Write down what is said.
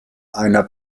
einer